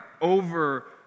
over